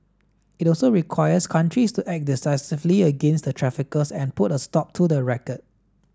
it also requires countries to act decisively against the traffickers and put a stop to the racket